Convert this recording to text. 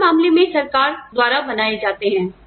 हमारे मामले में सरकार द्वारा बनाए जाते हैं